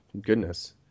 goodness